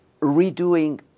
Redoing